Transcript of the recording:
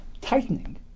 tightening